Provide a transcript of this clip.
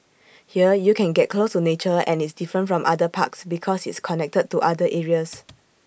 here you can get close to nature and it's different from other parks because it's connected to other areas